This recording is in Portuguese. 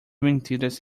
mentiras